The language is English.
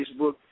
Facebook